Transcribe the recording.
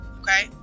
Okay